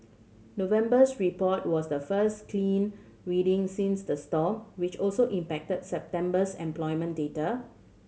November's report was the first clean reading since the storm which also impacted September's employment data